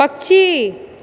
पक्षी